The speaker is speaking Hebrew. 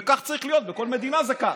וכך צריך להיות, בכל מדינה זה כך.